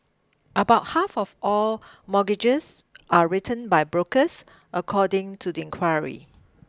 about half of all mortgages are written by brokers according to the inquiry